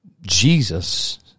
Jesus